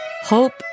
hope